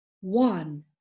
one